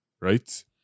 right